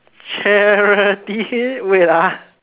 charity wait lah